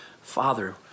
Father